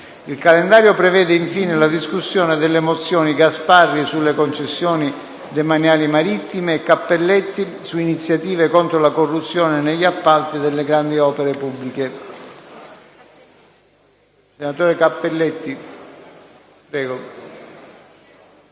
Il calendario prevede infine la discussione delle mozioni Gasparri, sulle concessioni demaniali marittime, e Cappelletti, su iniziative contro la corruzione negli appalti delle grandi opere pubbliche. **Programma dei lavori